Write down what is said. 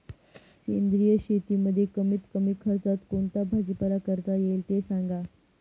सेंद्रिय शेतीमध्ये कमीत कमी खर्चात कोणता भाजीपाला करता येईल ते सांगा